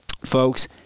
folks